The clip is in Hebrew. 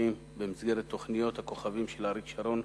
במסגרת תוכניות "הכוכבים" של אריק שרון,